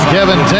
Kevin